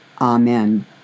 Amen